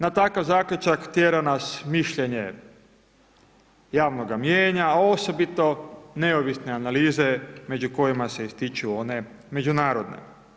Na takav zaključak tjera nas mišljenje javnoga mijenja a osobito neovisne analize među kojima se ističu one međunarodne.